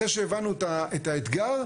אחרי שהבנו את האתגר,